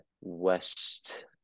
West